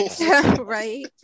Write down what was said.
Right